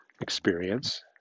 experience